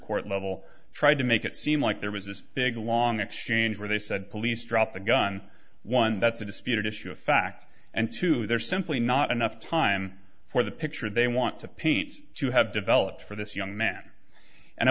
court level tried to make it seem like there was this big long exchange where they said police dropped the gun one that the disputed issue of fact and two they're simply not enough time for the picture they want to paint to have developed for this young man and i